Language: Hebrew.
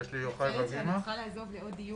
אני צריכה לעזוב לעוד דיון.